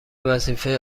وظیفه